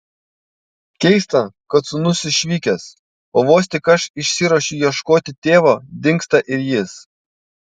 keista kad sūnus išvykęs o vos tik aš išsiruošiu ieškoti tėvo dingsta ir jis